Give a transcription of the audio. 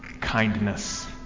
kindness